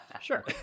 Sure